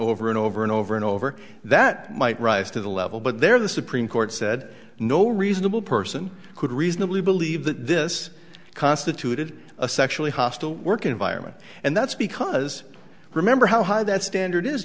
over and over and over and over that might rise to the level but there the supreme court said no reasonable person could reasonably believe that this constituted a sexually hostile work environment and that's because remember how high that standard is